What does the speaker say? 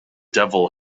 devil